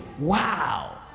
Wow